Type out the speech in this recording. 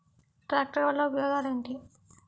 Tractor వల్ల ఉపయోగాలు ఏంటీ?